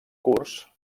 curs